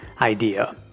idea